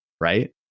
Right